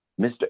Mr